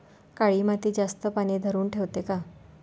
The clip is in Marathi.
काळी माती जास्त पानी धरुन ठेवते का?